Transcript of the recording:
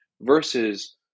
versus